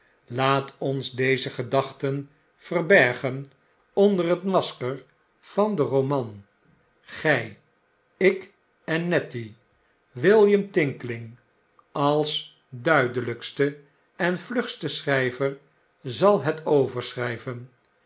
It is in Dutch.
laat ons onze gedachten verbergen onder het masker van den roman gy ik en nettie william tinkling als de duidelykste en vlugste schryver zai het